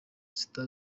sita